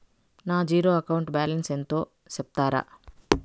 నా zero account balance ఎంతో సెప్తారా?